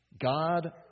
God